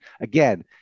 again